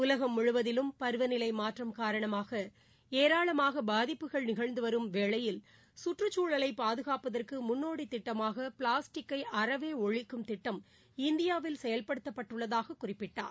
உலகம் முழுவதிலும் பருவநிலை மாற்றம் காரணமாக ஏராளமாக பாதிப்புகள் நிகழ்ந்து வரும் இவ்வேளையில் கற்றுச்சூழலை பாதுகாப்பதற்கு முன்னோடி திட்டமாக பிளாஸ்டிக்கை அறவே ஒழிக்கும் திட்டம் இந்தியாவில் செயல்படுத்தப்பட்டுள்ளதாகக் குறிப்பிட்டார்